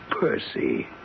Percy